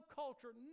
culture